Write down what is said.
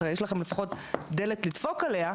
יש לכם לפחות דלת לדפוק עליה,